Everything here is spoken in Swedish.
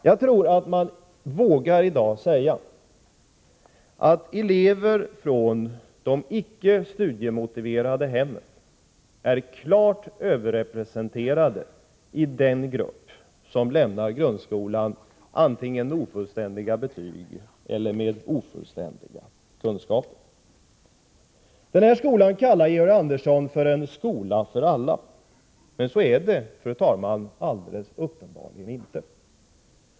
Jag tror att man i dag vågar säga att eleverna från de icke studiemotiverade hemmen är klart överrepresenterade i den grupp som lämnar grundskolan antingen med ofullständiga betyg eller med ofullständiga kunskaper. Denna skola kallar Georg Andersson för en skola för alla. Men så är det, fru talman, alldeles uppenbart inte.